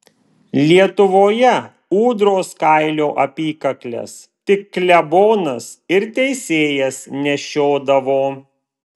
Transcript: lietuvoje ūdros kailio apykakles tik klebonas ir teisėjas nešiodavo